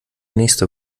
nächste